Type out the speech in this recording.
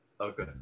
Okay